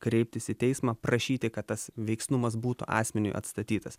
kreiptis į teismą prašyti kad tas veiksnumas būtų asmeniui atstatytas